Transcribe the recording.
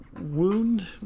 wound